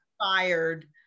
fired